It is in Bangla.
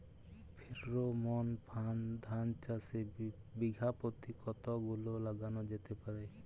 ফ্রেরোমন ফাঁদ ধান চাষে বিঘা পতি কতগুলো লাগানো যেতে পারে?